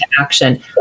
action